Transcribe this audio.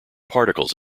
particles